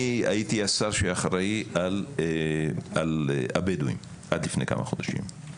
הייתי השר שהיה אחראי על הבדואים עד לפני כמה חודשים.